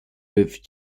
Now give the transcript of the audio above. with